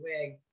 wig